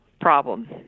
problem